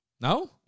No